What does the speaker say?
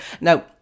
now